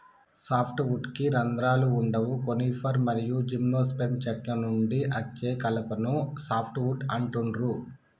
soft వుడ్కి రంధ్రాలు వుండవు కోనిఫర్ మరియు జిమ్నోస్పెర్మ్ చెట్ల నుండి అచ్చే కలపను సాఫ్ట్ వుడ్ అంటుండ్రు